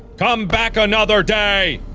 come back another day!